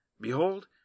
Behold